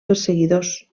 perseguidors